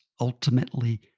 ultimately